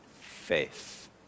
faith